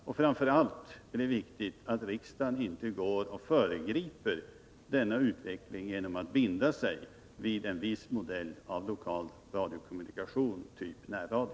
Och framför allt är det viktigt att riksdagen inte föregriper denna utveckling genom att binda sig vid en viss modell av lokalradiokommunikation, typ närradio.